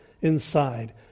inside